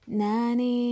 nani